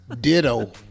ditto